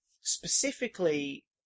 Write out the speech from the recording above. specifically